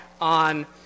on